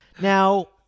Now